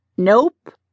Nope